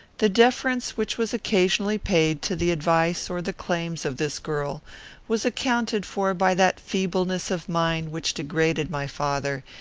the deference which was occasionally paid to the advice or the claims of this girl was accounted for by that feebleness of mind which degraded my father,